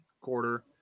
quarter